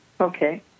Okay